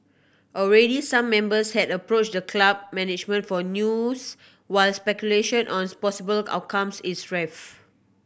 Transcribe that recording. already some members had approached the club management for news while speculation on possible outcomes is rife